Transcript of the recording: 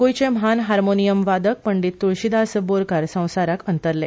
गोयचे म्हान हार्मोनियम वादक तुळशीदास बोरकार संसाराक अंतरले